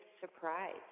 surprise